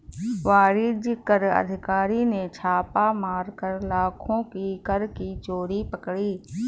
वाणिज्य कर अधिकारी ने छापा मारकर लाखों की कर की चोरी पकड़ी